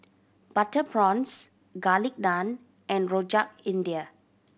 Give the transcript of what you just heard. butter prawns Garlic Naan and Rojak India